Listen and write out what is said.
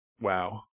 Wow